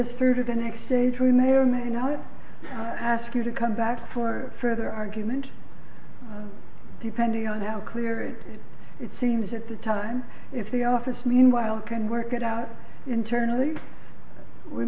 us through to the next stage we may or may not ask you to come back for further argument depending on how clear it is it seems at the time if the office meanwhile can work it out internally